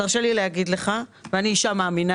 תרשה לי לומר לך, ואני אישה מאמינה